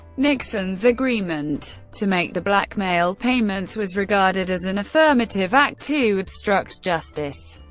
nixon's agreement to make the blackmail payments was regarded as an affirmative act to obstruct justice.